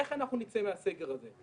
איך אנחנו נצא מהסגר הזה?